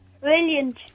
Brilliant